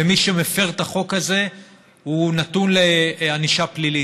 ומי שמפר את החוק הזה נתון לענישה פלילית.